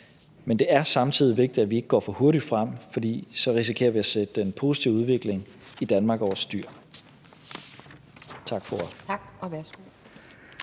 Men det er samtidig vigtigt, at vi ikke går for hurtigt frem, fordi vi så risikerer at sætte den positive udvikling i Danmark over styr. Tak for